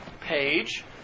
page